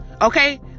Okay